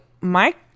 Mike